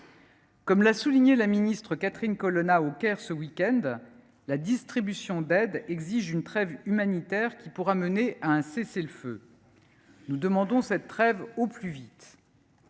Comme l’a souligné la ministre Catherine Colonna au Caire ce week end, la distribution d’aide exige une trêve humanitaire qui pourra mener à un cessez le feu. Nous demandons cette trêve au plus vite.